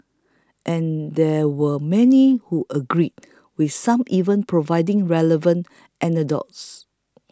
and there were many who agreed with some even providing relevant anecdotes